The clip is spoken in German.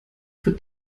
wird